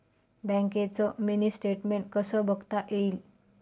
बँकेचं mini statement कसं बघता येईल?